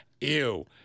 Ew